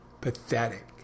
pathetic